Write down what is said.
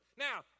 Now